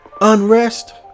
unrest